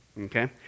Okay